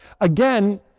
Again